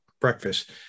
breakfast